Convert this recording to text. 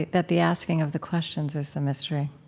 that the asking of the questions is the mystery.